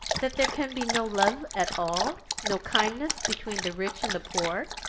that there can be no love at all, no kindness, between the rich and the poor?